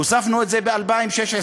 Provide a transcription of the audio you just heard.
הוספנו את זה ב-2016,